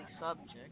subject